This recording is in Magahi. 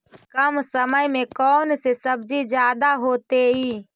कम समय में कौन से सब्जी ज्यादा होतेई?